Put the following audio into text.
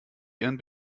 ihren